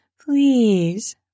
please